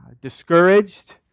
discouraged